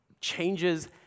changes